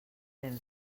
ben